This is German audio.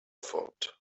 fort